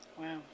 Wow